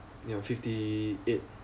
ya fifty eight